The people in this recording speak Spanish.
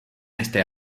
este